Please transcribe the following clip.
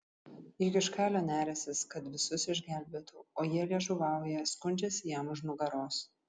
juk iš kailio neriąsis kad visus išgelbėtų o jie liežuvauja skundžiasi jam už nugaros